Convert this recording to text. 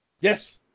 Yes